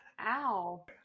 Ow